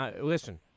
listen